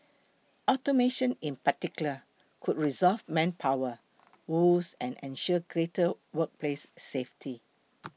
automation in particular could resolve manpower woes and ensure greater workplace safety